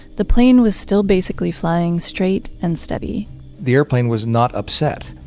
the plane was still basically flying straight and steady the airplane was not upset.